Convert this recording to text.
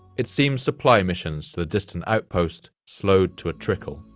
it seems supply missions to the distant outpost slowed to a trickle.